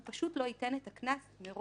הוא מראש לא ייתן את הקנס מראש.